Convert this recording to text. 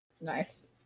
Nice